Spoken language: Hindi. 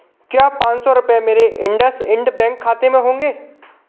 क्या पाँच सौ रुपये मेरे इंडस इंड बैंक खाते में होंगे